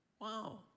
Wow